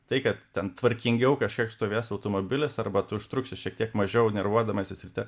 tai kad ten tvarkingiau kažkiek stovės automobilis arba tu užtruksi šiek tiek mažiau nervuodamasis ryte